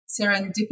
serendipity